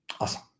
Awesome